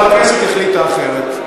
אבל הכנסת החליטה אחרת.